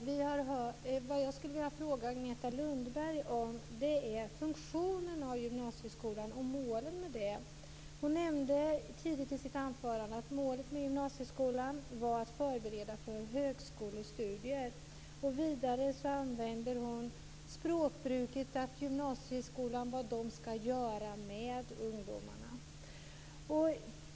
Herr talman! Vad jag skulle vilja fråga Agneta Lundberg om är gymnasieskolans funktion och mål. Hon nämnde tidigt i sitt anförande att målet med gymnasieskolan är att förbereda för högskolestudier. Vidare talade hon om vad gymnasieskolan skall göra med ungdomarna.